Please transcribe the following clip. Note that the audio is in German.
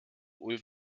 ulf